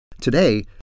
Today